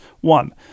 One